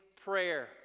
prayer